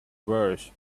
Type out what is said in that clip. worse